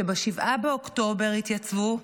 שב-7 באוקטובר התייצבו,